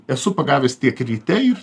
esu pagavęs tiek ryte ir